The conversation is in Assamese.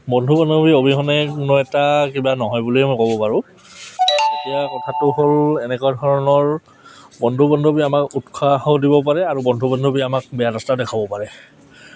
বন্ধু বান্ধৱী অবিহনে নো এটা কিবা নহয় বুলিয়ে মই ক'ব পাৰোঁ এতিয়া কথাটো হ'ল এনেকুৱা ধৰণৰ বন্ধু বান্ধৱী আমাক উৎসাহ দিব পাৰে আৰু বন্ধু বান্ধৱী আমাক বেয়া ৰাস্তাও দেখুৱাব পাৰে